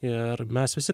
ir mes visi